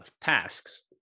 tasks